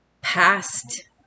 past